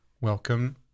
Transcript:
Welcome